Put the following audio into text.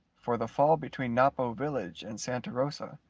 for the fall between napo village and santa rosa,